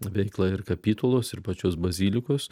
veiklą ir kapitulos ir pačios bazilikos